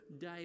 day